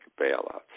bailouts